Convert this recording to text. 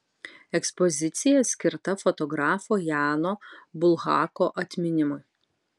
ekspozicija skirta fotografo jano bulhako atminimui